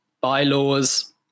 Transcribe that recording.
bylaws